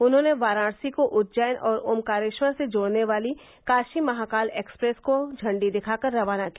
उन्होंने वाराणसी को उज्जैन और ओमकारेश्वर से जोड़ने वाली काशी महाकाल एक्सप्रेस को झंडी दिखाकर रवाना किया